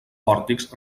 pòrtics